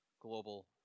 global